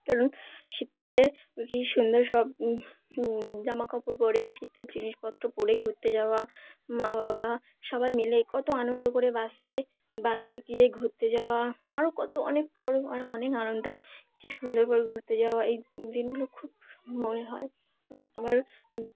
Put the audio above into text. কারণ শীতকালে কী সুন্দর সব জামা কাপড় পরে শীতের জিনিসপত্র পরে ঘুরতে যাওয়া মা বাবা সবাই মিলে কত আনন্দ করে বাসে বাসে গিয়ে ঘুরতে যাওয়া আরও কত অনেক পর অনেক আনন্দ কী সুন্দর করে ঘুরতে যাওয়া এই দিনগুলো খুব মনে হয় আবার